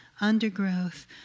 undergrowth